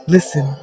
Listen